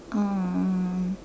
um